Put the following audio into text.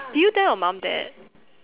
do you tell your mum that